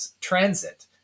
transit